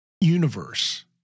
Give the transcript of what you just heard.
universe